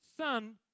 Son